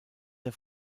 der